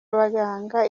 abaganga